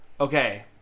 okay